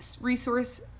resource